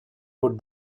put